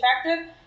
attractive